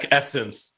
essence